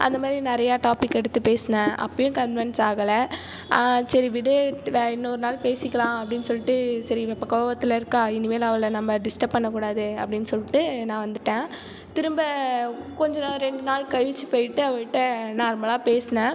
அந்தமாதிரி நிறைய டாபிக் எடுத்து பேசினேன் அப்போயும் கன்விண்ஸ் ஆகலை சரி விடு வேறு இன்னொரு நாள் பேசிக்கலாம் அப்படின்னு சொல்லிட்டு சரி இவள் இப்போ கோவத்தில் இருக்கா இனிமேல் அவளை நாம் டிஸ்டர்ப் பண்ண கூடாது அப்படின்னு சொல்லிட்டு நான் வந்துட்டேன் திரும்ப கொஞ்சம் இரண்டு நாள் கழித்து போய் விட்டு அவளிடம் நார்மலாக பேசினேன்